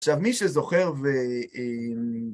עכשיו, מי שזוכר ו...